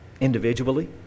individually